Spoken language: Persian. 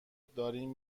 داریم